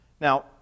Now